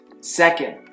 Second